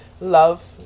love